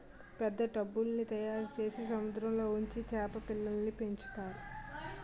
పెద్ద టబ్బుల్ల్ని తయారుచేసి సముద్రంలో ఉంచి సేప పిల్లల్ని పెంచుతారు